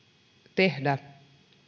tehdä tuomarina